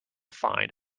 find